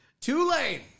Tulane